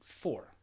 four